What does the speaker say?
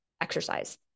exercise